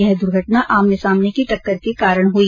यह दुर्घटना आमने सामने की टक्कर के कारण हुई